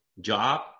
job